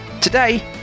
Today